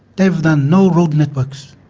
they've done no road networks.